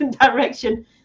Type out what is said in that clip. direction